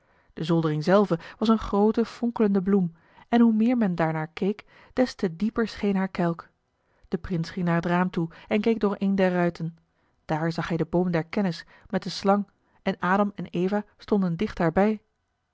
de zoldering zelve was een groote fonkelende bloem en hoe meer men daarnaar keek des te dieper scheen haar kelk de prins ging naar het raam toe en keek door een der ruiten daar zag hij den boom der kennis met de slang en adam en eva stonden dicht daarbij